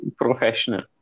professional